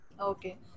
Okay